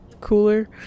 cooler